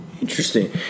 Interesting